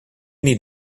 need